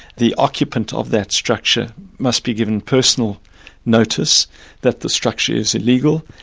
the occupant of that structure must be given personal notice that the structure is illegal,